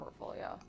portfolio